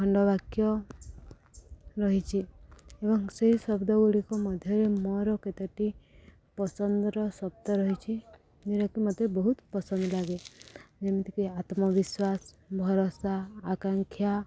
ଖଣ୍ଡବାକ୍ୟ ରହିଛି ଏବଂ ସେଇ ଶବ୍ଦ ଗୁଡ଼ିକ ମଧ୍ୟରେ ମୋର କେତୋଟି ପସନ୍ଦର ଶବ୍ଦ ରହିଛି ଯେଉଁଟାକି ମୋତେ ବହୁତ ପସନ୍ଦ ଲାଗେ ଯେମିତିକି ଆତ୍ମବିଶ୍ୱାସ ଭରସା ଆକାଂକ୍ଷା